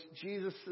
Jesus